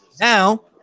Now